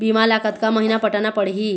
बीमा ला कतका महीना पटाना पड़ही?